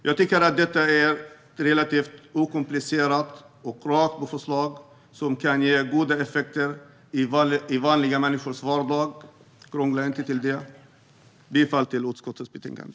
Jag tycker att detta är ett relativt okomplicerat och direkt förslag som kan ge goda effekter i vanliga människors vardag. Krångla inte till det! Jag yrkar bifall till utskottets förslag i betänkandet.